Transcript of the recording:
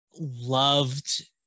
loved